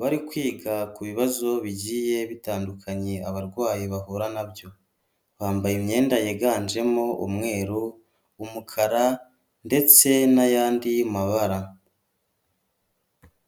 bari kwiga ku bibazo bigiye bitandukanye abarwayi bahura nabyo, bambaye imyenda yiganjemo umweru, umukara ndetse n'ayandi mabara.